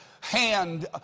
hand